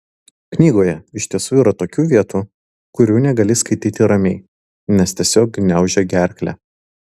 knygoje iš tiesų yra tokių vietų kurių negali skaityti ramiai nes tiesiog gniaužia gerklę